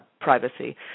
privacy